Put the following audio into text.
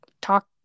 talk